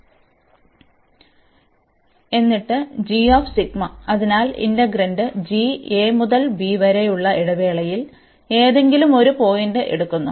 എന്നിട്ട് അതിനാൽ integrand g a മുതൽ b വരെയുള്ള ഇടവേളയിൽ ഏതെങ്കിലും ഒരു പോയിന്റ് എടുക്കുന്നു